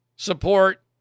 support